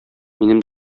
минем